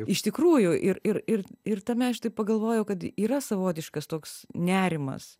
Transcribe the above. iš tikrųjų ir ir ir ir tame aš taip pagalvojau kad yra savotiškas toks nerimas